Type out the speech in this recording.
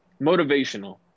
Motivational